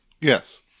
Yes